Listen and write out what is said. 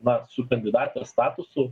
na su kandidatės statusu